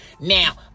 Now